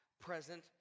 present